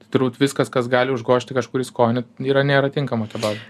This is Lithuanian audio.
turbūt viskas kas gali užgožti kažkurį skonį yra nėra tinkama kebabui